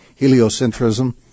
heliocentrism